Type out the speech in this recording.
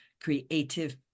creative